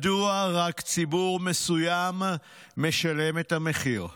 מדוע רק ציבור מסוים משלם את המחיר,